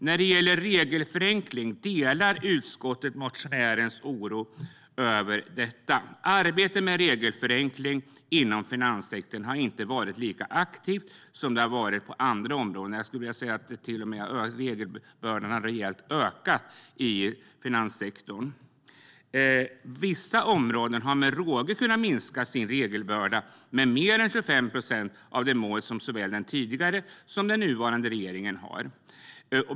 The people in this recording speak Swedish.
När det gäller regelförenkling delar utskottet motionärens oro över detta. Arbetet med regelförenkling inom finanssektorn har inte varit lika aktivt som det har varit på andra områden. Jag skulle vilja säga att regelbördan till och med har ökat rejält i finanssektorn. Vissa områden har med råge kunnat minska sin regelbörda med mer än 25 procent av det mål som såväl den tidigare som den nuvarande regeringen har.